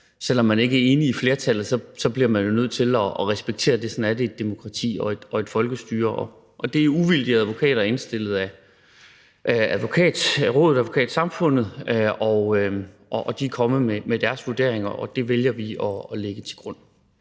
selv om man ikke er enig med flertallet, bliver man jo nødt til at respektere det. Sådan er det i et demokrati og et folkestyre. Det er uvildige advokater indstillet af Advokatrådet og Advokatsamfundet, og de er kommet med deres vurderinger, og det vælger vi at lægge til grund.